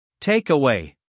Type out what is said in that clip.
Takeaway